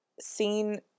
seen